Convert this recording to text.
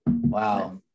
Wow